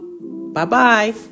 Bye-bye